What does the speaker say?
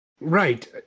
Right